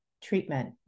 treatment